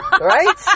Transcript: right